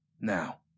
Now